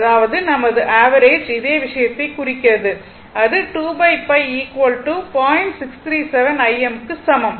அதாவது நமது ஆவரேஜ் இதே விஷயத்தை குறிக்கிறது அதுக்கு சமம்